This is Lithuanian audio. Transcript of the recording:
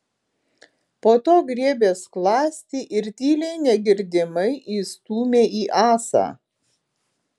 po to griebė skląstį ir tyliai negirdimai įstūmė į ąsą